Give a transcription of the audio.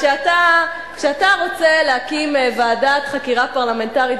כשאתה רוצה להקים ועדת חקירה פרלמנטרית,